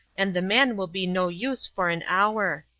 and the man will be no use for an hour.